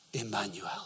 Emmanuel